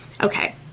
Okay